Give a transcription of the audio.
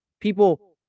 people